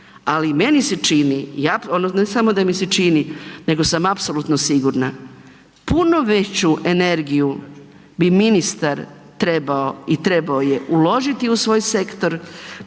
ali meni se čini, ne samo da mi se čini nego sam apsolutno sigurna, puno veću energiju bi ministar trebao i trebao je uložiti u svoj sektor,